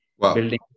building